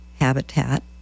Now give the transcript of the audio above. habitat